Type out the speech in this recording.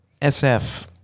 SF